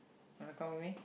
wanna come with me